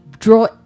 draw